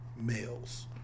males